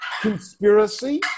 conspiracy